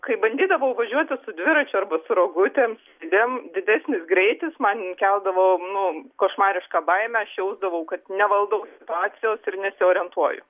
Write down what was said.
kai bandydavau važiuoti su dviračiu arba su rogutėm slidėm didesnis greitis man keldavo nu košmarišką baimę aš jausdavau kad nevaldau situacijos ir nesiorientuoju